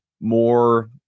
more